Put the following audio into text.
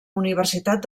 universitat